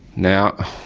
now,